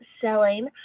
selling